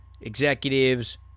executives